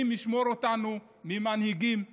על מדינת ישראל,